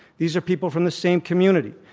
these are people from the same community.